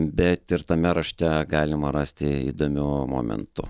bet ir tame rašte galima rasti įdomių momentų